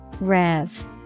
Rev